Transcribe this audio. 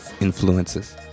influences